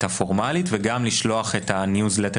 הפורמאלית וגם לשלוח את ה-news letter הנחמד.